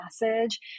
message